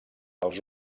dels